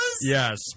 Yes